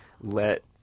let